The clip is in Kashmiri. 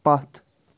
پتھ